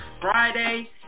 Friday